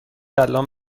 الان